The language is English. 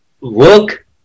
work